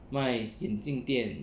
卖眼镜店